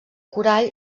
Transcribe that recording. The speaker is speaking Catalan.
corall